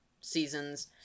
seasons